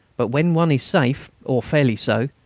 but when one is safe, or fairly so,